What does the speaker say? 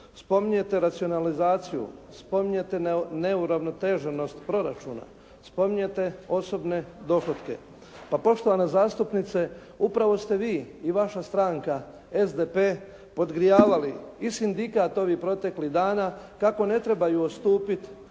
Spominjete racionalizaciju, spominjete neuravnoteženost proračuna, spominjete osobne dohotke. Pa poštovana zastupnice, upravo ste vi i vaša stranka SDP podgrijavali i sindikat ovih proteklih dana kako ne trebaju odstupiti